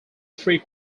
three